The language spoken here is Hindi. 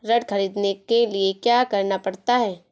ऋण ख़रीदने के लिए क्या करना पड़ता है?